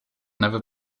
never